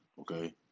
okay